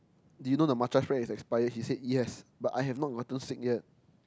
did you know the matcha frappe is expired he said yes but I have not gotten sick yet